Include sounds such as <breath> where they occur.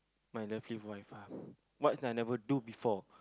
my lovely wife ah <breath> what I never do before